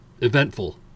eventful